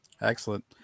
Excellent